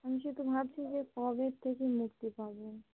আমি শুধু ভাবছি যে কবে এর থেকে মক্তি পাব